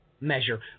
measure